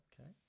okay